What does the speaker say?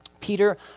Peter